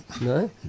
No